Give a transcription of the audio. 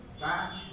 batch